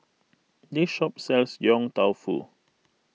this shop sells Yong Tau Foo